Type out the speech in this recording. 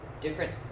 different